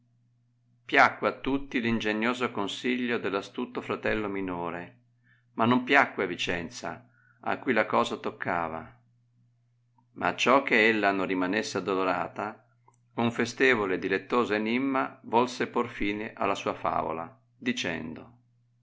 piacque a tutti l'ingenioso consiglio dell'astuto fratello minore ma non piacque a vicenza a cui la cosa toccava ma acciò che ella non rimanesse addoorata con un festevole e dilettoso enimma volse por fine alla sua favola dicendo